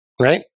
right